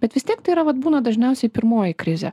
bet vis tiek tai yra vat būna dažniausiai pirmoji krizė